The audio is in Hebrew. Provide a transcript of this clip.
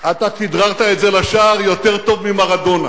אתה כדררת את זה לשער יותר טוב ממרדונה.